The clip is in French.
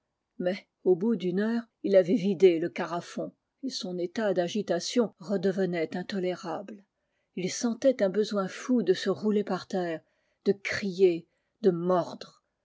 mais au bout d'une heure il avait vidé le carafon et son état d'agitation redevenait intolérable ii sentait un besoin fou de se rouler par terre de crier de mordre